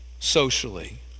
Socially